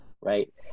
right